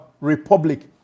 Republic